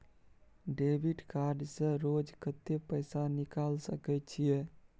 Debit card से रोज कत्ते पैसा निकाल सके छिये?